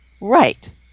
Right